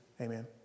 Amen